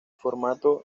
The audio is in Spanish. formato